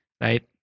right